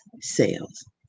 sales